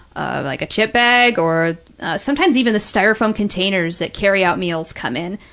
ah like a chip bag, or sometimes even the styrofoam containers that carry-out meals come in,